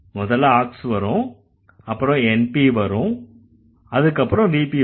முதல்ல Aux வரும் அப்புறம் NP வரும் அதுக்கப்புறம் VP வரும்